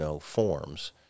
forms